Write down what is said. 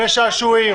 גני שעשועים,